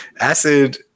acid